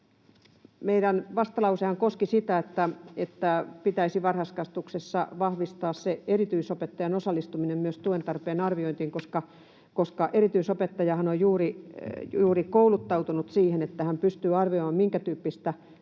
Meidän vastalausehan koski sitä, että pitäisi varhaiskasvatuksessa vahvistaa erityisopettajan osallistuminen myös tuen tarpeen arviointiin, koska erityisopettajahan on juuri kouluttautunut siihen, että hän pystyy arvioimaan, minkä tyyppistä tukea